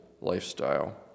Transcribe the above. lifestyle